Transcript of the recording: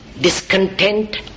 discontent